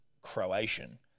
croatian